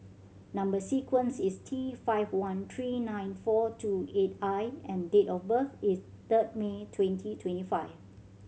number sequence is T five one three nine four two eight I and date of birth is third May twenty twenty five